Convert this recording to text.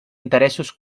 interessos